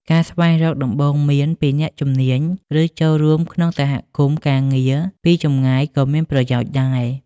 ការស្វែងរកដំបូន្មានពីអ្នកជំនាញ ឬចូលរួមក្នុងសហគមន៍ការងារពីចម្ងាយក៏មានប្រយោជន៍ដែរ។